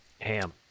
Ham